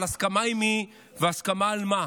אבל הסכמה עם מי והסכמה על מה?